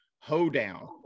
Hoedown